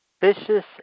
Vicious